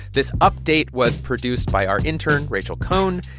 this update was produced by our intern, rachel cohn.